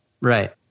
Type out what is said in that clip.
Right